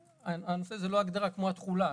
הנושא זה לא ההגדרה כמו התכולה.